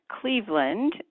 Cleveland